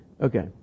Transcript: Okay